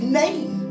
name